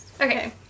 Okay